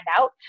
out